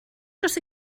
dros